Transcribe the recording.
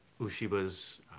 Ushiba's